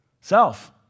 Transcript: Self